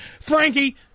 Frankie